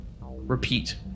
repeat